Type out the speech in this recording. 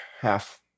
half